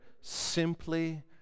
simply